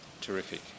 Terrific